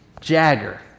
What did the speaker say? Jagger